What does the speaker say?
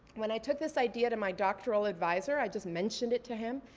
when i took this idea to my doctoral advisor, i just mentioned it to him,